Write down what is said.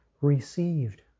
received